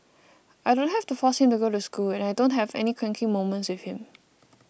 I don't have to force him to go to school and I don't have any cranky moments with him